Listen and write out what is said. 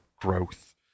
growth